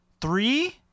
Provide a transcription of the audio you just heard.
Three